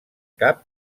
cap